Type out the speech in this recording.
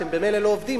הם ממילא לא עובדים,